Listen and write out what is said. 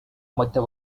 madhya